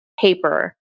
paper